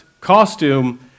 costume